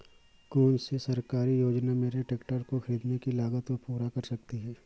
कौन सी सरकारी योजना मेरे ट्रैक्टर को ख़रीदने की लागत को पूरा कर सकती है?